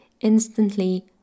instantly